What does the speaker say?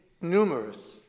numerous